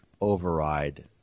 override